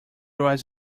was